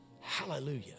Hallelujah